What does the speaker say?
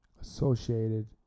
associated